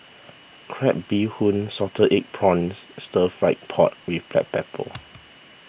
Crab Bee Hoon Salted Egg Prawns Stir Fry Pork with Black Pepper